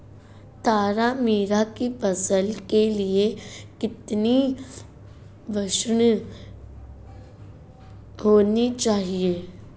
तारामीरा की फसल के लिए कितनी वर्षा होनी चाहिए?